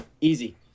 Easy